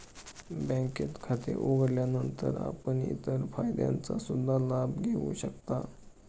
बँकेत खाते उघडल्यानंतर आपण इतर फायद्यांचा सुद्धा लाभ घेऊ शकता